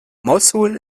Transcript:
mossul